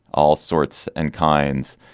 all sorts and kinds.